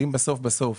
אם בסוף בסוף